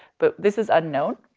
but this is unknown